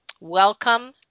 Welcome